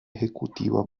ejecutiva